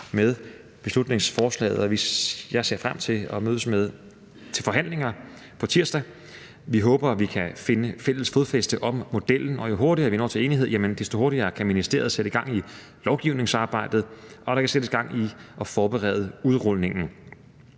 med beslutningsforslaget, og jeg ser frem til at mødes til forhandlinger på tirsdag. Vi håber, at vi kan finde fælles fodslag om modellen. Jo hurtigere vi når til enighed, desto hurtigere kan ministeriet sætte gang i lovgivningsarbejdet, og der kan sættes gang i at forberede udrulningen.